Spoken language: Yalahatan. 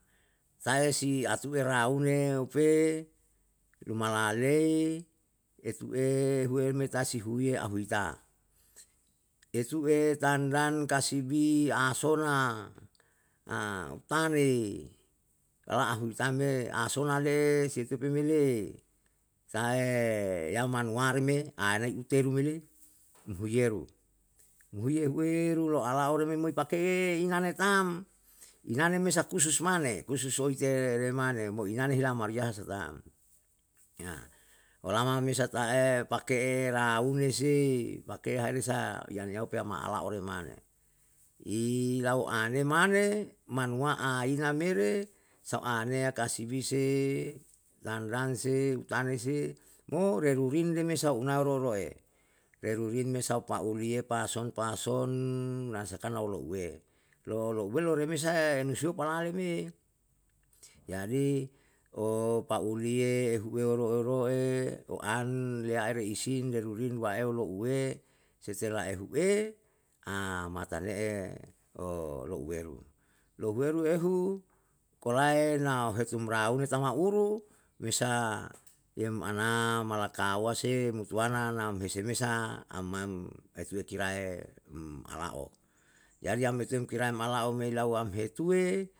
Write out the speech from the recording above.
Tae si atue raune upe luma laelei etue hue me ta si huiye ahuita, etu'e tandan kasibi, asona utane, rala ahuitam me asona le'e se tepe le'e, sae yamanuari me nai uteru me le, umpuhuiyeru. Wuhui yehu'e ru ala'o re em rei moipake inane tam inane sa kusus mane, kusus oite, re mane, mo inane hela maria he se tam. olama me sata'e, pake'e raune se pake hari sa yan yau me pa'alao ole mane, ilau ane mane manuwa'a ina mere sau aneya kasibi se, tandan se, utane se, mo rerurin le me sau unao roroe, rerurin me sau a'uliye pason pason na sak na olouwe, lo louwe lorome sae nusaio palane me. Jadi pauliye hueroe roe, o an liyae isin, laeruri luwaen louwe, setelah ehuwe, matane'e oluweru. Louweru ehu, kolae na hetum raune tamauru, me sa yam ana malakawa se mutuwana nam hese me sa, ama etuwe kira'e um ala'o. Jdai yam etuwem kira'e mala'o me lawam hetuwe